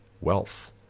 wealth